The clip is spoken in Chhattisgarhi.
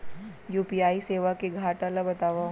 यू.पी.आई सेवा के घाटा ल बतावव?